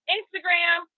Instagram